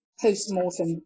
post-mortem